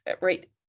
right